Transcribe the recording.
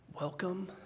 welcome